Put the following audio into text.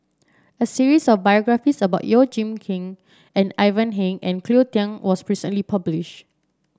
a series of biographies about Yeoh Ghim Seng Ivan Heng and Cleo Thang was recently published